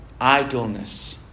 idleness